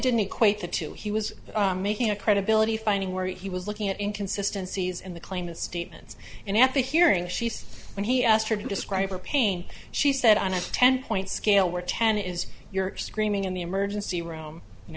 didn't equate the two he was making a credibility finding where he was looking at inconsistency is in the claim his statements in at the hearing she said when he asked her to describe her pain she said on a ten point scale where ten is you're screaming in the emergency room you know